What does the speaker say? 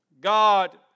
God